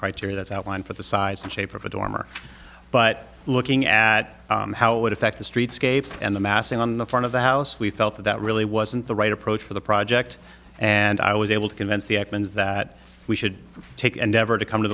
criteria that's outlined for the size and shape of a dormer but looking at how it would affect the streetscape and the massing on the front of the house we felt that that really wasn't the right approach for the project and i was able to convince the admins that we should take endeavor to come to